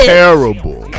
terrible